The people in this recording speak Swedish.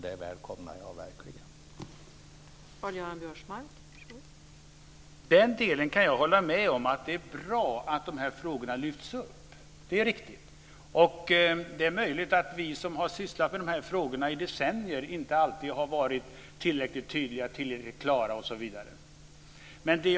Det välkomnar jag verkligen.